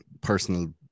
personal